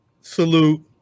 Salute